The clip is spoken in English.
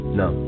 no